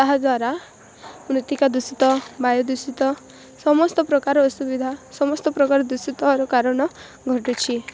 ତାହା ଦ୍ଵାରା ମୃତ୍ତିକା ଦୂଷିତ ବାୟୁ ଦୂଷିତ ସମସ୍ତ ପ୍ରକାର ଅସୁବିଧା ସମସ୍ତ ପ୍ରକାର ଦୂଷିତ ଏହାର କାରଣ ଘଟୁଛି